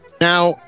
Now